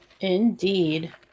indeed